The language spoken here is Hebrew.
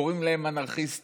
קוראים להם אנרכיסטים,